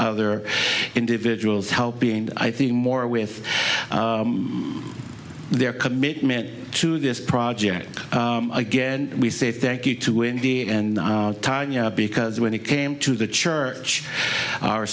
other individuals helping i think more with their commitment to this project again we say thank you to indy and tanya because when it came to the church